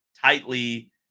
tightly